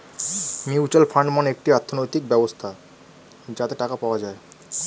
mutual fund মানে একটি অর্থনৈতিক ব্যবস্থা যাতে টাকা পাওয়া যায়